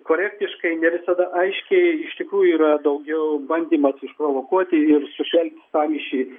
korektiškai ne visada aiškiai iš tikrųjų yra daugiau bandymas išprovokuoti ir sušvelninti sąmyšį